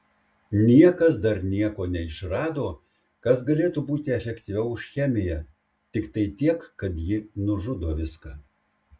niekas dar nieko neišrado kas galėtų būti efektyviau už chemiją tiktai tiek kad ji nužudo viską